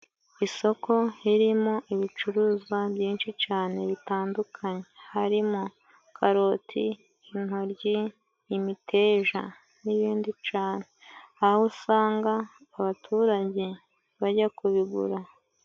Isoko ririmo ibicuruzwa byinshi cane bitandukanye harimo karoti, intoryi ,imiteja n'ibindi cane aho usanga abaturage bajya kubigura.